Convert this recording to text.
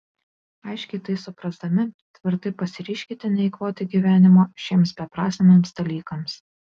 aiškiai tai suprasdami tvirtai pasiryžkite neeikvoti gyvenimo šiems beprasmiams dalykams